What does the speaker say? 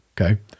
Okay